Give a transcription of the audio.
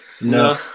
No